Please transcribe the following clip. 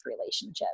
relationship